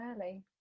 early